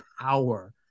power